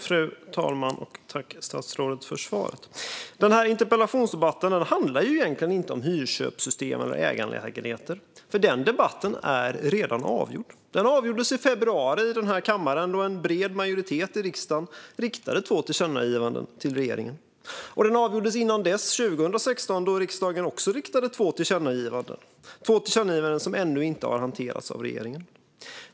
Fru talman! Tack, statsrådet, för svaret! Denna interpellationsdebatt handlar egentligen inte om hyrköpssystem eller ägarlägenheter, för den debatten är redan avgjord. Den avgjordes i februari i denna kammare, då en bred majoritet i riksdagen riktade två tillkännagivanden till regeringen. Och den avgjordes innan dess, 2016, då riksdagen också riktade två tillkännagivanden till regeringen, som den ännu inte har hanterat.